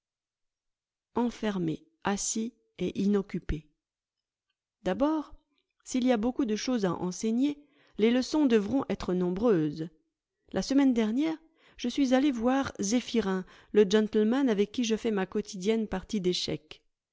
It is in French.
enfermés assis et inoccupés d'abord s'il y a beaucoup de choses à enseigner les leçons devront être nombreuses la semaine dernière je suis allé voir zéphyrin le gentleman avec qui je fais ma quotidienne partie d'échecs